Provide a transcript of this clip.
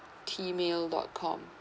T mail dot com